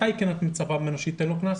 מתי כן את מצפה ממנו שייתן קנס?